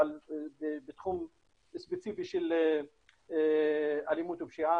אבל בתחום ספציפי של אלימות ופשיעה,